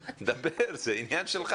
דבר, זה עניין שלך.